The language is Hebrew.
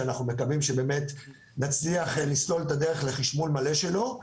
שאנחנו מקווים שנצליח לסלול את הדרך לחשמול מלא שלו.